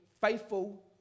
faithful